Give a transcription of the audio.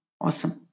Awesome